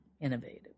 innovative